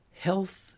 Health